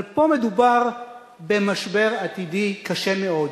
אבל פה מדובר במשבר עתידי קשה מאוד,